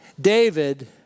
David